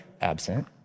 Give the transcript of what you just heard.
absent